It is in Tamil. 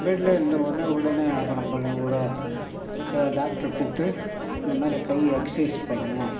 பெட்லேயே இருந்த உடனே உடனே அப்புறம் ஒரு டாக்டர கூப்பிட்டு இந்தமாதிரி கையை எக்ஸைஸ் பண்ணணும்